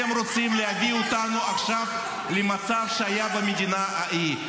אתם רוצים להביא אותנו עכשיו למצב שהיה במדינה ההיא.